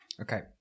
Okay